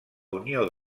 unió